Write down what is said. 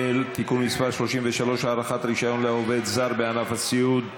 (תיקון מס' 33) (הארכת רישיון לעובד זר בענף הסיעוד),